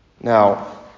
Now